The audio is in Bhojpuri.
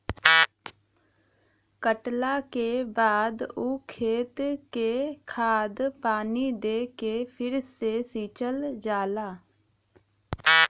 कटला के बाद ऊ खेत के खाद पानी दे के फ़िर से सिंचल जाला